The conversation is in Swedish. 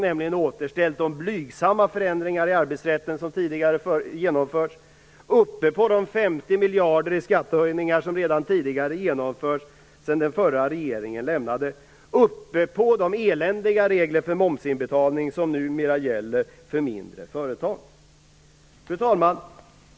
Man har ju återställt de blygsamma förändringar i arbetsrätten som tidigare genomförts - ovanpå de 50 miljarder i skattehöjningar som redan tidigare genomförts sedan den förra regeringen, ovanpå de eländiga regler för momsinbetalning som numera gäller för mindre företag.